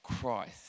Christ